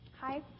Hi